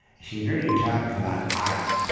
she's really talking about art,